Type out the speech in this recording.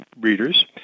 readers